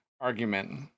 argument